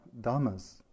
dhammas